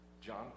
John